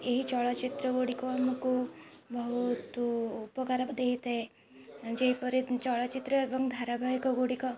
ଏହି ଚଳଚ୍ଚିତ୍ର ଗୁଡ଼ିକ ଆମକୁ ବହୁତ ଉପକାର ଦେଇଥାଏ ସେପରି ଚଳଚ୍ଚିତ୍ର ଏବଂ ଧାରାବାହିିକଗୁଡ଼ିକ